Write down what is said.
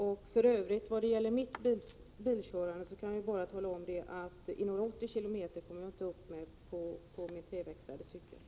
För övrigt kan jag, när det gäller mitt bilkörande, tala om att jag inte kommer upp i några 80 km/tim med min treväxlade cykel.